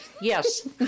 yes